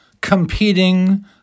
competing